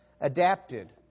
Adapted